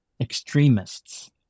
extremists